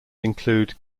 include